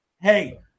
hey